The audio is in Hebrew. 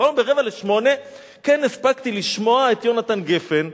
אבל היום ב-07:45 כן הספקתי לשמוע את יהונתן גפן,